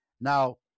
now